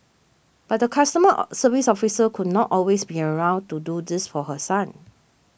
but the customer service officer could not always be around to do this for her son